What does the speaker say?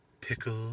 pickle